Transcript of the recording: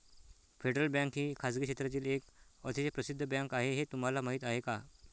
Federal Bank ही खासगी क्षेत्रातील एक अतिशय प्रसिद्ध बँक आहे हे तुम्हाला माहीत आहे का?